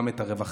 גם את הרווחה,